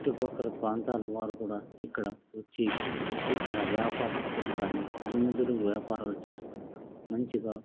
చుట్టు ప్రక్కల ప్రాంతాల వారు కూడా ఇక్కడ వచ్చి ఇక్కడ వ్యాపారస్తులు కానీ అందరూ వ్యాపారాలు చేస్తూ మంచిగా